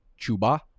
Chuba